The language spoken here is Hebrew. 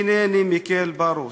אינני מקל בה ראש.